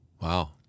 Wow